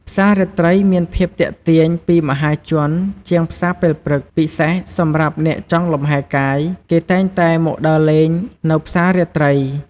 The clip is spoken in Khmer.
ផ្សាររាត្រីមានភាពទាក់ទាញពីមហាជនជាងផ្សារពេលព្រឹក ពិសេសសម្រាប់អ្នកចង់លំហែរកាយ គេតែងតែមកដើរលេងនៅផ្សាររាត្រី។